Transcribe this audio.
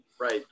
right